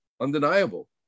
undeniable